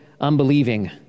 unbelieving